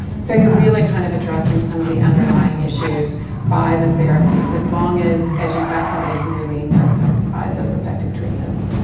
so, you really kind of addressing some of the underlying issues by the therapies. as long as as you've got somebody who really knows how to provide those effective treatments.